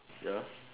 ya